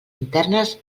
internes